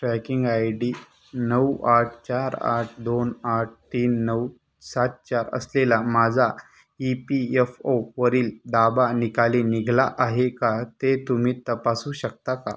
tracking I D नऊ आठ चार आठ दोन आठ तीन नऊ सात चार असलेला माझा ई पी यएफ ओवरील दाबा निकाली निघाला आहे का ते तुम्ही तपासू शकता का